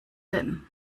denn